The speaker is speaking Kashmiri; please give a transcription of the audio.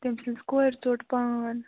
تٔمۍ سٕنٛز کورِ ژوٚٹ پان